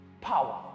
power